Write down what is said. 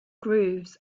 grooves